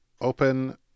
open